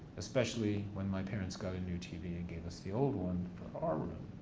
especially when my parents got a new tv and gave us the old one for our room.